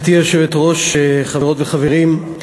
גברתי היושבת-ראש, חברות וחברים,